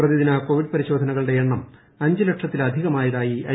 പ്രതിദിന കോവിഡ് പരിശോധനകളുടെ എണ്ണം അഞ്ച് ലക്ഷത്തിലധികമായതായി ഐ